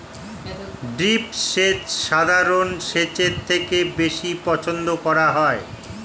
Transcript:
drip সেচ সাধারণ সেচের থেকে বেশি পছন্দ করা হয়